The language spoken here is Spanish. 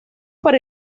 para